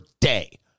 day